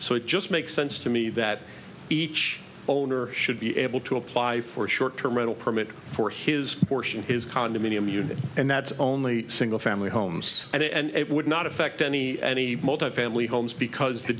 so it just makes sense to me that each owner should be able to apply for a short term rental permit for his portion is condominium unit and that's only single family homes and it would not affect any any family homes because the